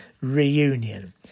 reunion